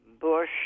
bush